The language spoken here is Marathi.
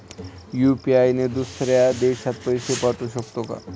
यु.पी.आय ने दुसऱ्या देशात पैसे पाठवू शकतो का?